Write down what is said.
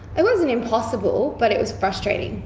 it wasn't impossible but it was frustrating,